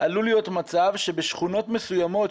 עלול להיות מצב שבשכונות מסוימות,